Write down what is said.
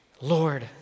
Lord